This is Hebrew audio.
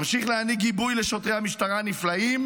אמשיך להעניק גיבוי לשוטרי המשטרה הנפלאים,